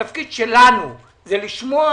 התפקיד שלנו הוא לשמוע,